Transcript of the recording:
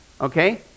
okay